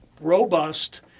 robust